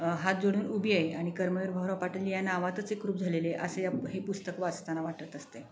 हात जोडून उभी आहे आणि कर्मवीर भाऊराव पाटील या नावातच एकरूप झालेले असे या हे पुस्तक वाचताना वाटत असते